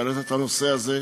על שהעלית את הנושא הזה,